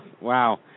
Wow